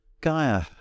Gaia